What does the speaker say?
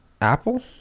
apple